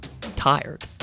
tired